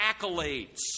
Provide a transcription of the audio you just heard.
accolades